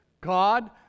God